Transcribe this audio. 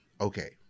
Okay